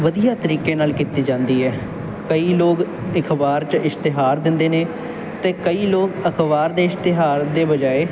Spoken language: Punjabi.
ਵਧੀਆ ਤਰੀਕੇ ਨਾਲ ਕੀਤੀ ਜਾਂਦੀ ਹੈ ਕਈ ਲੋਕ ਅਖ਼ਬਾਰ 'ਚ ਇਸ਼ਤਿਹਾਰ ਦਿੰਦੇ ਨੇ ਅਤੇ ਕਈ ਲੋਕ ਅਖ਼ਬਾਰ ਦੇ ਇਸ਼ਤਿਹਾਰ ਦੇ ਬਜਾਇ